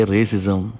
Racism